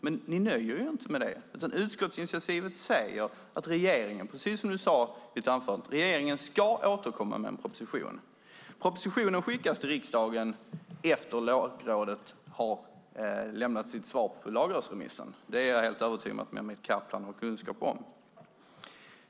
Men ni nöjer er inte med det, utan utskottsinitiativet säger att regeringen, precis som du sade i ditt anförande, ska återkomma med en proposition. Propositionen skickas till riksdagen efter att Lagrådet har lämnat sitt svar på lagrådsremissen. Det är jag helt övertygad om att Mehmet Kaplan har kunskap om.